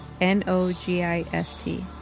N-O-G-I-F-T